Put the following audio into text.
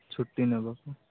ଛୁଟି ନେବାକୁ